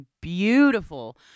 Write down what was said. beautiful